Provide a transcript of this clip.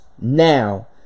now